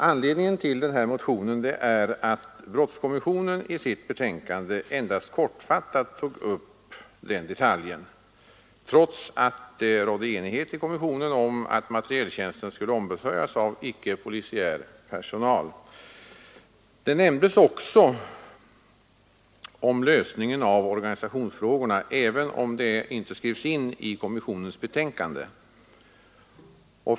Anledningen till den här motionen var att brottskommissionen i sitt betänkande endast kortfattat tog upp den detaljen, trots att det rådde enighet i kommissionen om att materieltjänsten skulle ombesörjas av icke polisiär personal. Lösningen av organisationsfrågorna nämndes också, även om detta inte skrevs in i kommissionens betänkande.